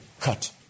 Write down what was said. cut